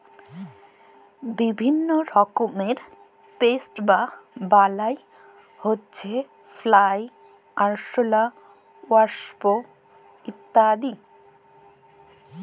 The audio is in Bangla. বিভিল্য রকমের পেস্ট বা বালাই হউচ্ছে ফ্লাই, আরশলা, ওয়াস্প ইত্যাদি